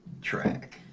track